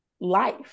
life